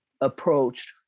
approached